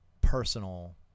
personal